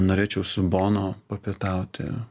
norėčiau su bono papietauti